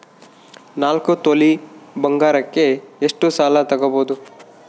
ನಾಲ್ಕು ತೊಲಿ ಬಂಗಾರಕ್ಕೆ ಎಷ್ಟು ಸಾಲ ತಗಬೋದು?